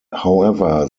however